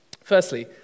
firstly